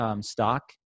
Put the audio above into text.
stock